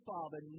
Father